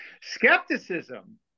Skepticism